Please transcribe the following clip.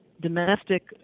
domestic